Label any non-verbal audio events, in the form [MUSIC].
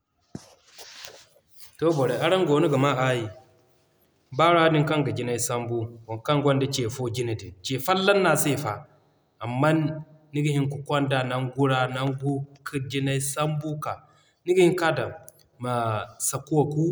[NOISE] To ii borey araŋ goono ga maa aayi. Baara din kaŋ ga jinay sambu waŋ kaŋ ganda ce fo jine din ce folloŋ no ase fa. Amman niga hin ka konda nangu ra ka jinay sambu ka. Ni ga hin ka dan ma sakuwa ku,